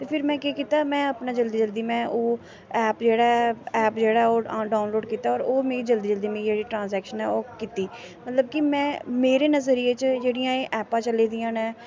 फिर में केह् कीता में अपना जल्दी जल्दी में ओह् ऐप जेह्ड़ा ऐ ऐप जेह्ड़ा ऐ ओह् डाउनलोड कीता होर ओह् मिगी जल्दी जल्दी मिगी जेह्ड़ी ट्रांससैक्शन ऐ ओह् कीती मतलब कि में मेरे नजरिए च जेह्ड़ियां एह् ऐपां चली दियां न